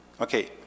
Okay